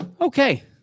okay